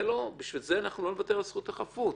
בשביל זה לא נוותר על זכות החפות.